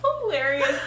hilarious